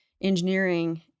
engineering